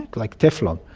like teflon.